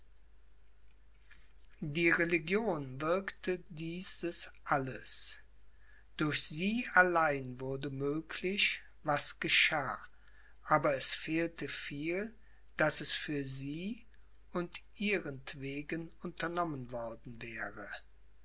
die religion wirkte dieses alles durch sie allein wurde möglich was geschah aber es fehlte viel daß es für sie und ihrentwegen unternommen worden wäre